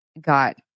got